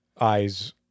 eyes